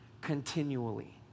continually